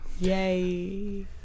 Yay